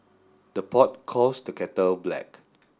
the pot calls the kettle black